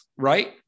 Right